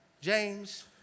James